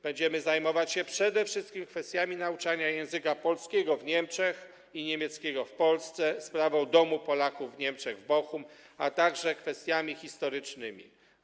Będziemy zajmować się przede wszystkim kwestiami nauczania języka polskiego w Niemczech i niemieckiego w Polsce, sprawą domu Polaków w Niemczech, w Bochum, a także kwestiami historycznymi.